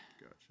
Gotcha